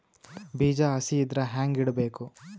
ಬೀಜ ಹಸಿ ಇದ್ರ ಹ್ಯಾಂಗ್ ಇಡಬೇಕು?